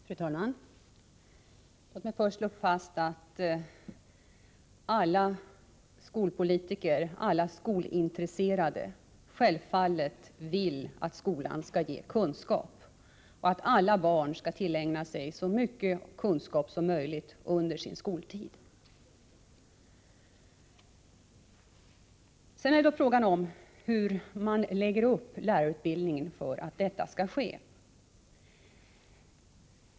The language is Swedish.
Fru talman! Låt mig först slå fast att alla skolpolitiker, alla skolintresserade självfallet vill att skolan skall ge kunskap och att alla barn skall tillägna sig så mycket kunskap som möjligt under sin skoltid. Sedan är då frågan hur man lägger upp lärarutbildningen för att detta skall bli möjligt.